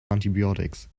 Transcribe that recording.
antibiotics